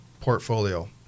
portfolio